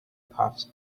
puffs